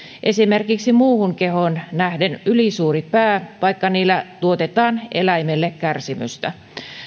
esimerkiksi muuhun kehoon nähden ylisuuri pää vaikka niillä tuotetaan eläimelle kärsimystä